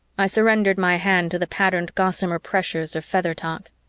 i surrendered my hand to the patterned gossamer pressures of feather-talk.